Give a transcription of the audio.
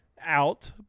out